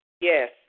Yes